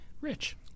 Rich